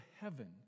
heaven